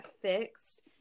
fixed